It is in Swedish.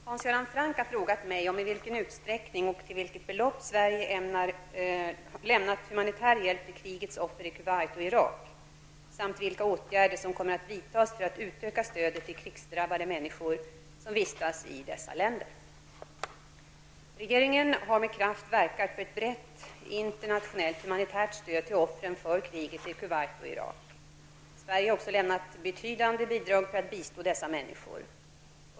Herr talman! Hans Göran Franck har frågat mig om i vilken utsträckning och till vilket belopp Sverige lämnat humanitär hjälp till krigets offer i Kuwait och Irak samt vilka åtgärder som kommer att vidtas för att utöka stödet till krigsdrabbade människor som vistas i dessa länder. Regeringen har med kraft verkat för ett brett internationellt humanitärt stöd till offren för kriget i Kuwait och Irak. Sverige har också lämnat betydande bidrag för att bistå dessa människor.